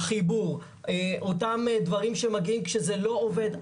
החירום הרפואי במענה בקריאות של עזרה הראשונה.